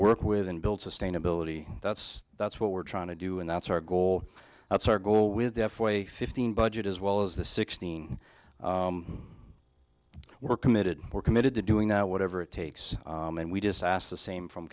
work with and build sustainability that's that's what we're trying to do and that's our goal that's our goal with f way fifteen budget as well as the sixteen we're committed we're committed to doing whatever it takes and we just ask the same from